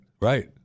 right